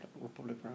Republic